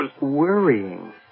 worrying